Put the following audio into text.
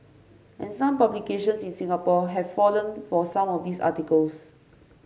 and some publications in Singapore have fallen for some of these articles